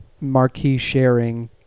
marquee-sharing